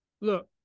Look